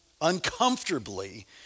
uncomfortably